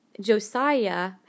Josiah